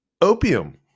opium